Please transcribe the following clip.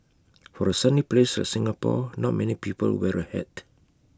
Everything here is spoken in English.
for A sunny place of Singapore not many people wear A hat